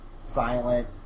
silent